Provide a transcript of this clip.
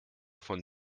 von